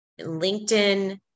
LinkedIn